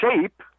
shape